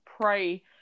pray